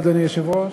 אדוני היושב-ראש,